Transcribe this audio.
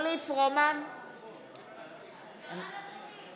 לא הצבעתי.